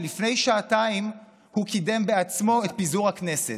כשלפני שעתיים הוא קידם בעצמו את פיזור הכנסת.